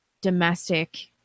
domestic